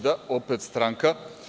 Da, opet stranka.